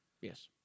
Yes